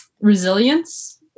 resilience